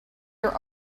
your